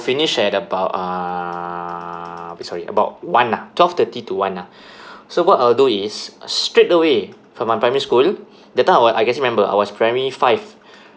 finish at about uh eh sorry about one ah twelve thirty to one ah so what I'll do is straight away from my primary school that time I wa~ I can still remember I was primary five